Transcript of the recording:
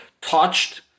touched